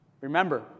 Remember